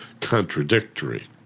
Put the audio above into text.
contradictory